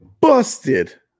busted